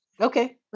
Okay